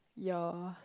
ya